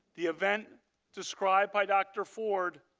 the event described by dr. ford,